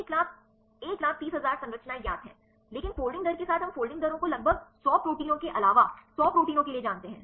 एक लाख एक लाख तीस हजार संरचनाएं ज्ञात हैं लेकिन फोल्डिंग दर के साथ हम फोल्डिंग दरों को लगभग सौ प्रोटीनों के अलावा सौ प्रोटीनों के लिए जानते हैं